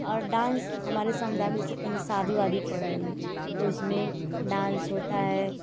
और डांस हमारे समुदाय में जैसे कहीं शादी वादी पड़ गई तो उसमे डांस होता है